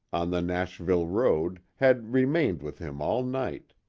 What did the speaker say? on the nashville road, had remained with him all night.